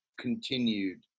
continued